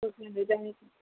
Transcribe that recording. okay అండి రండి